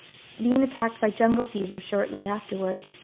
being attacked by jungle fever shortly afterward,